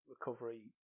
recovery